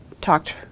talked